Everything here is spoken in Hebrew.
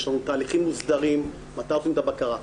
יש לנו תהליכים מוסדרים מתי עושים את הבקרה.